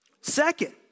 Second